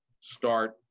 start